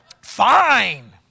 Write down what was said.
Fine